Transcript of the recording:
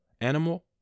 Animal